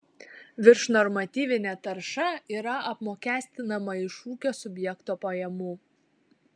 viršnormatyvinė tarša yra apmokestinama iš ūkio subjekto pajamų